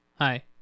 hi